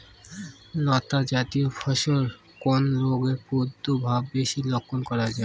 লতাজাতীয় ফসলে কোন রোগের প্রাদুর্ভাব বেশি লক্ষ্য করা যায়?